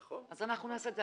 אז אנחנו נעשה את זה.